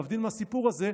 להבדיל מהסיפור הזה,